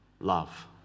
love